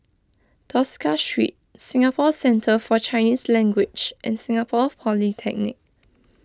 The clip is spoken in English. Tosca Street Singapore Centre for Chinese Language and Singapore Polytechnic